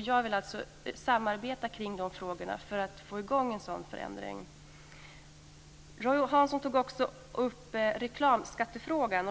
Jag vill alltså samarbeta kring de här frågorna för att få i gång en sådan förändring. Roy Hansson tog också upp reklamskattefrågan.